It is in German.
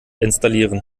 installieren